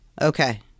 Okay